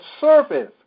surface